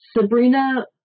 Sabrina